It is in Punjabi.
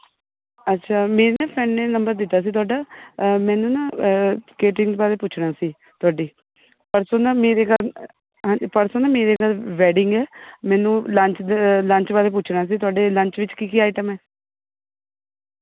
ਅੱਛਾ ਮੇਰੀ ਨਾ ਫਰੈਂਡ ਨੇ ਨੰਬਰ ਦਿੱਤਾ ਸੀ ਤੁਹਾਡਾ ਮੈਨੂੰ ਨਾ ਕੈਟਰਿੰਗ ਬਾਰੇ ਪੁੱਛਣਾ ਸੀ ਤੁਹਾਡੀ ਪਰਸੋਂ ਨਾ ਮੇਰੇ ਘਰ ਪਰਸੋਂ ਨਾ ਮੇਰੇ ਘਰ ਵੈਡਿੰਗ ਹੈ ਮੈਨੂੰ ਲੰਚ ਲੰਚ ਬਾਰੇ ਪੁੱਛਣਾ ਸੀ ਤੁਹਾਡੇ ਲੰਚ ਵਿੱਚ ਕੀ ਕੀ ਆਈਟਮ ਹੈ